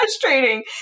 frustrating